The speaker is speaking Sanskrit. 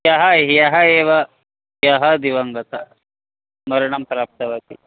ह्यः ह्यः एव ह्यः दिवङ्गता मरणं प्राप्तवती